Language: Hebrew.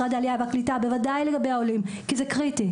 משרד העלייה והקליטה בוודאי לגבי העולים כי זה קריטי,